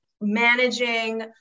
managing